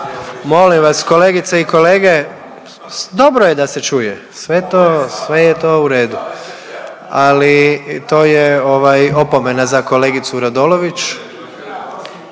Molim vas kolegice i kolege, dobro je da se čuje, sve to, sve je to u redu, ali to je ovaj opomena za kolegicu Radolović.